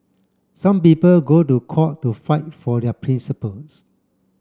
some people go to court to fight for their principles